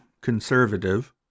conservative